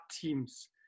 teams